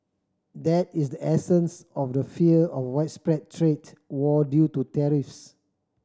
that is the essence of the fear of widespread trade war due to tariffs